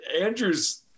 Andrew's